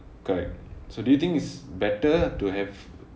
correct so do you think it's better to have